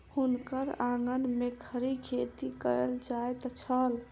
हुनकर आंगन में खड़ी खेती कएल जाइत छल